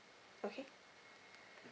okay